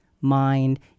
mind